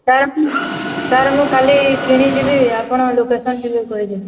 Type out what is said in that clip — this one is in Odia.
ସାର୍ ସାର୍ ମୁଁ କାଲି କିଣି ଯିବି ଆପଣଙ୍କ ଲୋକେସନ୍ ଟିକେ କହିଦେବେ